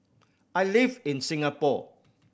I live in Singapore